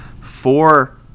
Four